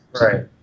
Right